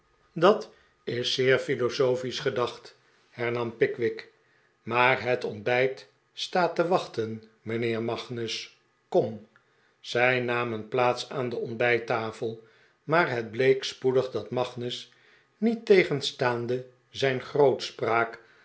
dat is zeer philodophisch gedacht hernam pickwick maar het ontbijt staat te wachten mijnheer magnus kom zij namen plaats aan de ontbijttafel maar het bleek sppedig dat magnus niettegenstaande zijn